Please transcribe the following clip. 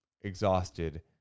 exhausted